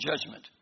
judgment